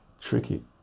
tricky